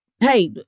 hey